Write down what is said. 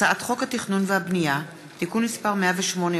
הצעת חוק התכנון והבנייה (תיקון מס' 108,